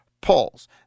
polls